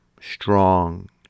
strong